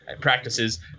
practices